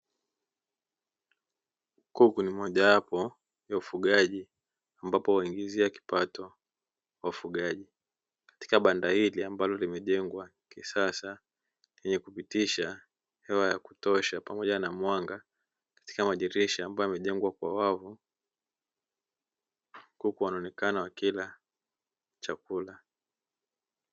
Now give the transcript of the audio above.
Kuku ni moja yapo ya ufugaji, ambapo huwaingizia kipato wafugaji katika banda hili, ambalo limejengwa kisasa yenye kupitisha hewa ya kutosha pamoja na mwanga katika madurisha ambayo yamejengwa kwa wavu, kuku wanaonekana wakila chakula.